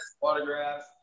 autographs